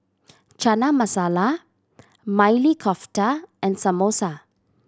Chana Masala Maili Kofta and Samosa